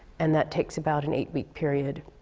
and that takes about an eight-week period.